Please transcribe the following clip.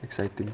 exciting